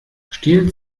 stiehlt